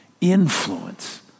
influence